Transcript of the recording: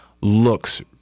looks